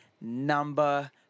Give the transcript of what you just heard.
number